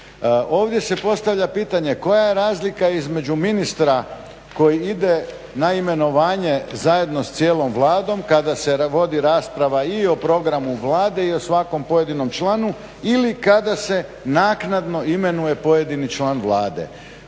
Ovdje se postavlja pitanje koja je razlika između ministra koji ide na imenovanje zajedno sa cijelom Vladom kada se vodi rasprava i o programu Vlade i o svakom pojedinom članku ili kada se naknadno imenuje pojedini član Vlade.